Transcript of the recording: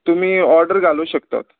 तुमी ऑर्डर घालूं शकतात